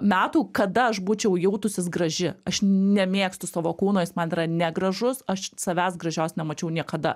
metų kada aš būčiau jautusis graži aš nemėgstu savo kūno jis man yra negražus aš savęs gražios nemačiau niekada